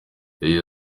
yagize